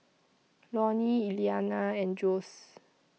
Lorne Eliana and Jose